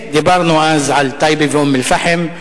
דיברנו אז על טייבה ואום-אל-פחם.